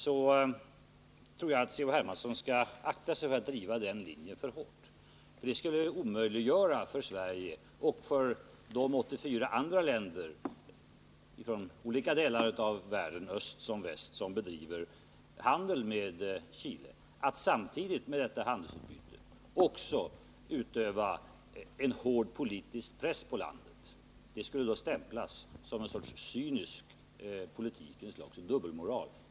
Jag tror att vi bör akta oss för att driva den linjen, för det skulle omöjliggöra för Sverige och för de 84 andra länder från olika delar av världen, öst som väst, som bedriver handel med Chile att samtidigt med detta handelsutbyte utöva en hård politisk press på landet.